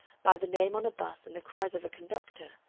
by the name on a bus and the cries of a conductor,